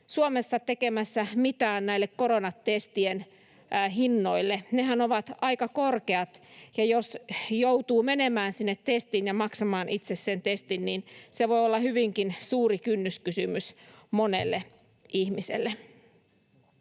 Suomessa tekemässä mitään näille koronatestien hinnoille? Nehän ovat aika korkeat, ja jos joutuu menemään sinne testiin ja maksamaan testin itse, niin se voi olla hyvinkin suuri kynnyskysymys monelle ihmiselle.